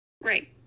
Right